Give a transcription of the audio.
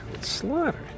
Slaughter